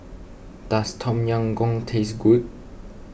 does Tom Yam Goong taste good